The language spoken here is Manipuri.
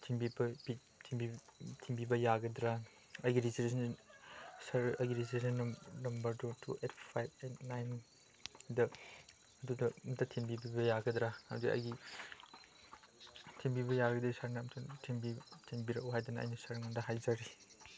ꯊꯤꯟꯕꯤꯕ ꯊꯤꯟꯕꯤꯕ ꯌꯥꯒꯗ꯭ꯔꯥ ꯑꯩꯒꯤ ꯔꯦꯖꯤꯁꯇ꯭ꯔꯦꯁꯟ ꯁꯔ ꯑꯩꯒꯤ ꯔꯦꯖꯤꯁꯇ꯭ꯔꯦꯁꯟ ꯅꯝꯕꯔꯗꯨ ꯇꯨ ꯑꯩꯠ ꯐꯥꯏꯚ ꯑꯩꯠ ꯅꯥꯏꯟꯗ ꯑꯗꯨꯗ ꯑꯝꯇ ꯊꯤꯟꯕꯤꯕ ꯌꯥꯒꯗ꯭ꯔꯥ ꯍꯥꯏꯕꯗꯤ ꯑꯩꯒꯤ ꯊꯤꯟꯕꯤꯕ ꯌꯥꯔꯒꯗꯤ ꯁꯔꯅ ꯑꯝꯇꯪ ꯊꯤꯟꯕꯤꯔꯛꯎ ꯍꯥꯏꯗꯨꯅ ꯑꯩꯅ ꯁꯔꯉꯣꯟꯗ ꯍꯥꯏꯖꯔꯤ